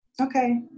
okay